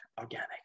organic